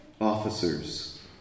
officers